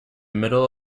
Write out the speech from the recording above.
middle